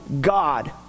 God